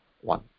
one